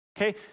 okay